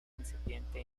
incipiente